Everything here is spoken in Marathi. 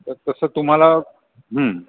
तर तसं तुम्हाला